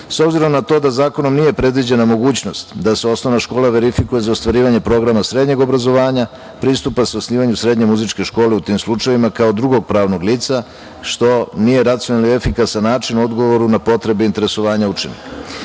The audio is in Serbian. obzirom na to da zakonom nije predviđena mogućnost da se osnovna škola verifikuje za ostvarivanje programa srednjeg obrazovanja pristupa se osnivanju srednje muzičke škole u tim slučajevima kao drugog pravnog lica, što nije racionalna i efikasan način u odgovoru na potrebe i interesovanja